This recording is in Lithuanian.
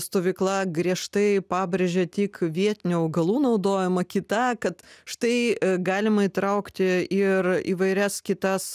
stovykla griežtai pabrėžia tik vietinių augalų naudojimą kita kad štai galima įtraukti ir įvairias kitas